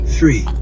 Three